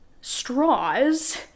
straws